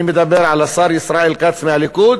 אני מדבר על השר ישראל כץ מהליכוד.